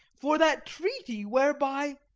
for that treaty whereby.